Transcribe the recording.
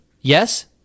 yes